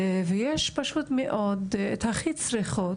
ויש פשוט מאוד את הכי צריכות